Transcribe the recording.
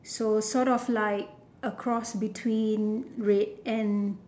so sort of like a cross between red and